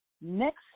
next